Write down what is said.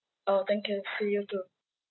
orh thank you see you too